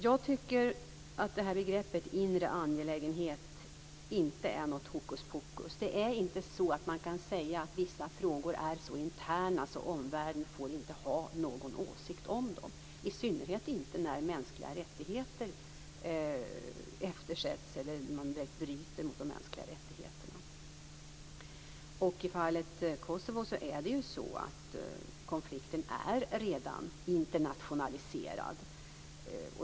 Jag tycker att begreppet inre angelägenhet inte är något hokus pokus. Man kan inte säga att vissa frågor är så interna att omvärlden inte får ha någon åsikt om dem, i synnerhet inte när mänskliga rättigheter eftersätts eller när man direkt bryter mot dem. I fallet Kosovo är konflikten redan internationaliserad.